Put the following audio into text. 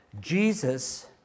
Jesus